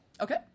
Okay